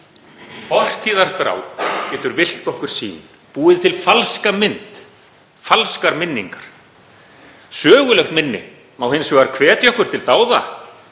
Fortíðarþrá getur villt okkur sýn, búið til falska mynd, falskar minningar. Sögulegt minni má hins vegar hvetja okkur til dáða,